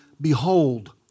behold